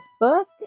book